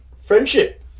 friendship